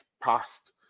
past